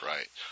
Right